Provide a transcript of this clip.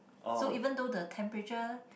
so even though the temperature